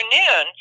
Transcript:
afternoon